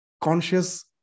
conscious